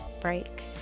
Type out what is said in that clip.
break